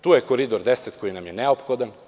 Tu je Koridor 10 koji nam je neophodan.